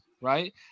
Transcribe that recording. right